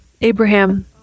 Abraham